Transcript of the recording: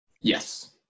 yes